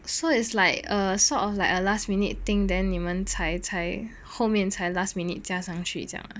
so it's like a sort of like a last minute thing then 你们才才后面才 last minute 加上去这样